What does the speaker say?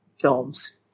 films